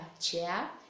chair